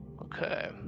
Okay